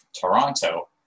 Toronto